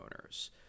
owners